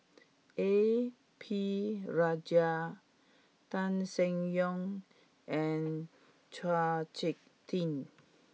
A P Rajah Tan Seng Yong and Chao Hick Tin